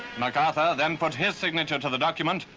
macarthur then put his signature to the document,